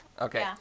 Okay